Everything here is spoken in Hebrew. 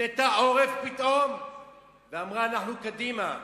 הפנתה עורף פתאום ואמרה: אנחנו קדימה.